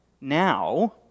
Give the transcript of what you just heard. Now